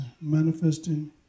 manifesting